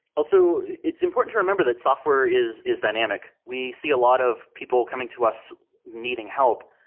also, it's important to remember that software is is dynamic. we see a lot of people coming to us needing help,